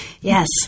Yes